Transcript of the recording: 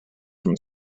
from